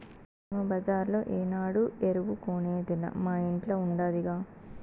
మేము బజార్లో ఏనాడు ఎరువు కొనేదేలా మా ఇంట్ల ఉండాదిగా